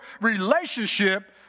relationship